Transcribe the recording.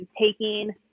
taking